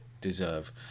deserve